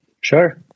Sure